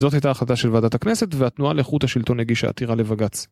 זאת הייתה החלטה של ועדת הכנסת והתנועה לאיכות השלטון הגישה עתירה לבגץ.